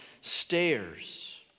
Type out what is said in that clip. stairs